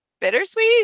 bittersweet